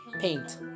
paint